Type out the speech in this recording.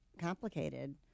complicated